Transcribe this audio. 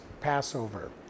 Passover